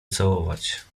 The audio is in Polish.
całować